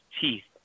teeth